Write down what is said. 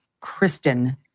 Kristen